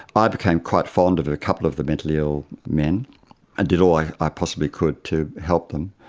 i became quite fond of a couple of the mentally ill men and did all i i possibly could to help them.